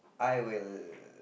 I will